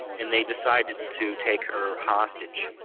and they decided to take her hostage.